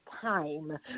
Time